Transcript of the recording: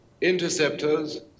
Interceptors